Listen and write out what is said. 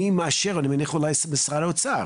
מי מאשר אני מניח שאולי משרד האוצר